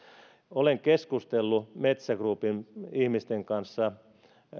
olen keskustellut metsä groupin ihmisten kanssa